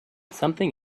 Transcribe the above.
something